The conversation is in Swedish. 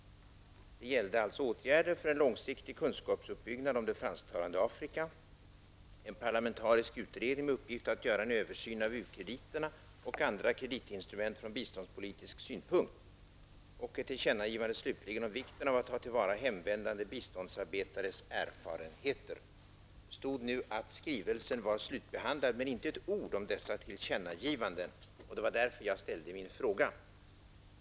Tillkännagivandena gällde alltså åtgärder för en långsiktig kunskapsuppbyggnad om det fransktalande Afrika, en parlamentarisk utredning med uppgift att göra en översyn av u-krediterna och andra kreditinstrument från biståndspolitisk synpunkt samt vikten av att ta till vara hemvändande biståndsarbetares erfarenheter. Det stod att läsa att skrivelsen var slutbehandlad, men inte ett ord om dessa tillkännagivanden. Det var därför jag ställde min fråga.